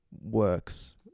Works